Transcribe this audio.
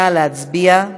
נא להצביע.